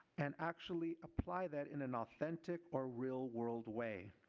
and actually apply that in an authentic or real-world way.